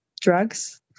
drugs